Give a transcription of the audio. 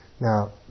Now